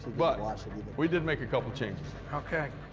but ah so we did make a couple changes. okay.